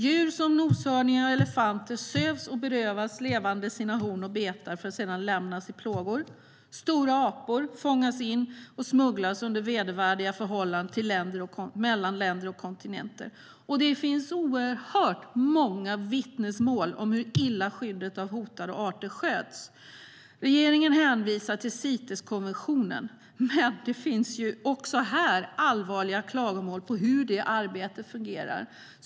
Djur som noshörningar och elefanter sövs och berövas levande sina horn och betar, för att sedan lämnas i plågor. Stora apor fångas in och smugglas under vedervärdiga förhållanden mellan länder och kontinenter. Det finns oerhört många vittnesmål om hur illa skyddet av hotade arter sköts. Regeringen hänvisar till Citeskonventionen, men det finns allvarliga klagomål på hur det arbetet fungerar.